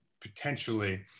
potentially